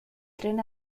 tren